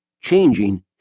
changing